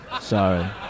Sorry